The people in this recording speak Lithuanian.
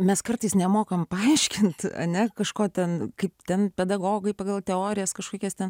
mes kartais nemokam paaiškint ane kažko ten kaip ten pedagogai pagal teorijas kažkokias ten